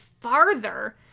farther